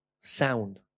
sound